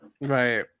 right